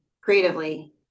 creatively